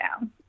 down